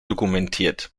dokumentiert